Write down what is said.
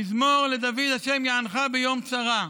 מזמור לדוד, "יענך ה' ביום צרה".